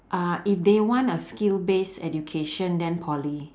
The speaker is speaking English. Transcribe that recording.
uh if they want a skill base education than poly